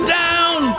down